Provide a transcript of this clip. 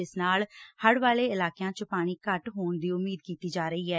ਜਿਸ ਨਾਲ ਹੜ ਵਾਲੇ ਇਲਾਕਿਆਂ ਚ ਪਾਣੀ ਘੱਟ ਹੋਣ ਦੀ ਉਮੀਦ ਕੀਤੀ ਜਾ ਰਹੀ ਐ